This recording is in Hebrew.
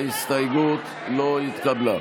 ההסתייגות לא התקבלה.